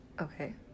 Okay